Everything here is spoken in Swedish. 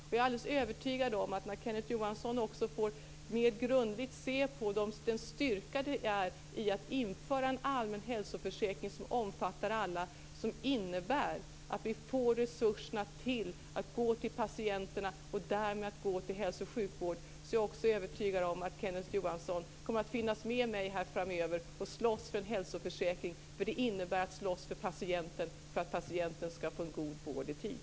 Jag är alldeles övertygad om att när Kenneth Johansson får mer grundligt se styrkan i att införa en allmän hälsoförsäkring som omfattar alla, resurserna går till patienterna och därmed till hälso och sjukvård, kommer han att finnas med mig framöver och slåss för en hälsoförsäkring. Det innebär att slåss för patienten så att patienten skall få en god vård i tid.